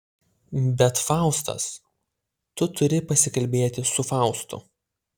bet faustas tu turi pasikalbėti su faustu